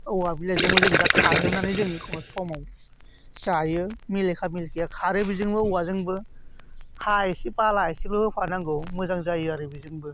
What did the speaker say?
औवा बिलाइजोंबो दा खारहोनानै जों एखनबा समाव जायो मेलेखा मेलेखिया खारो बेजोंबो औवाजोंबो हा एसे बाला एसेबो होफानांगौ मोजां जायो आरो बेजोंबो